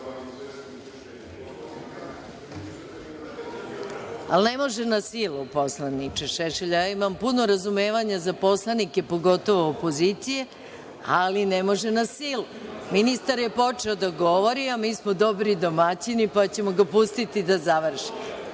ne može na silu, poslaniče Šešelj. Ja imam puno razumevanja za poslanike, pogotovo opozicije, ali ne može na silu. Ministar je počeo da govori, a mi smo dobri domaćini, pa ćemo ga pustiti da